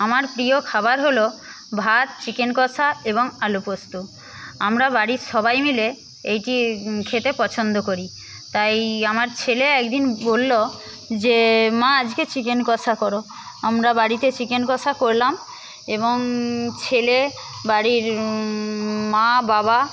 আমার প্রিয় খাবার হলো ভাত চিকেন কষা এবং আলু পোস্ত আমরা বাড়ির সবাই মিলে এটি খেতে পছন্দ করি তাই আমার ছেলে একদিন বললো যে মা আজকে চিকেন কষা করো আমরা বাড়িতে চিকেন কষা করলাম এবং ছেলে বাড়ির মা বাবা